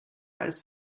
ist